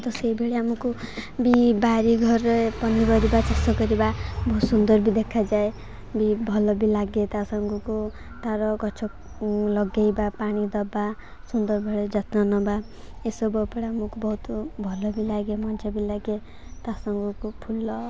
ସେଇଭଳି ଆମକୁ ବି ବାଡ଼ି ଘରେ ପନିପରିବା ଚାଷ କରିବା ବହୁତ ସୁନ୍ଦର ବି ଦେଖାଯାଏ ବି ଭଲ ବି ଲାଗେ ତା ସାଙ୍ଗକୁ ତା'ର ଗଛ ଲଗାଇବା ପାଣି ଦେବା ସୁନ୍ଦର ଭଳି ଯତ୍ନ ନେବା ଏସବୁ ଉପରେ ଆମକୁ ବହୁତ ଭଲ ବି ଲାଗେ ମଜା ବି ଲାଗେ ତା ସାଙ୍ଗକୁ ଫୁଲ